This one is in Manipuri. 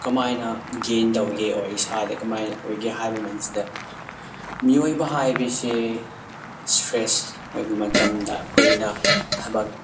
ꯀꯃꯥꯏꯅ ꯒꯦꯟ ꯇꯧꯒꯦ ꯑꯣꯔ ꯏꯁꯥꯗ ꯀꯃꯥꯏꯅ ꯑꯣꯏꯒꯦ ꯍꯥꯏꯕ ꯃꯇꯝꯗ ꯃꯤꯑꯣꯏꯕ ꯍꯥꯏꯕꯁꯦ ꯏꯁꯇ꯭ꯔꯦꯁ ꯑꯣꯏꯕ ꯃꯇꯝꯗ ꯑꯩꯈꯣꯏꯅ ꯊꯕꯛ